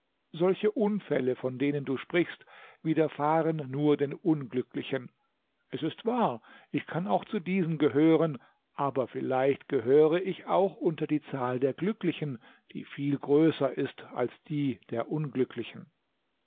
solche unfälle von denen du sprichst widerfahren nur den unglücklichen es ist wahr ich kann auch zu diesen gehören aber vielleicht gehöre ich auch unter die zahl der glücklichen die viel größer ist als die der unglücklichen